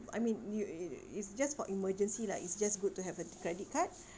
I mean you you it's just for emergency like it's just good to have a credit card